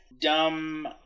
Dumb